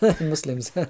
Muslims